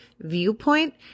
viewpoint